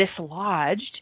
dislodged